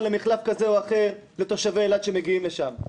למחלף כזה או אחר לתושבי אילת שמגיעים לשם,